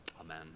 Amen